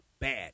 bad